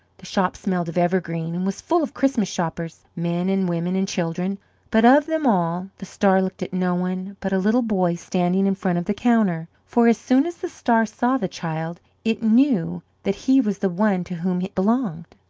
the shop smelled of evergreen, and was full of christmas shoppers, men and women and children but of them all, the star looked at no one but a little boy standing in front of the counter for as soon as the star saw the child it knew that he was the one to whom it belonged.